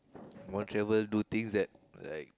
I want to travel do things that like